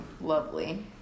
lovely